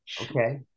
Okay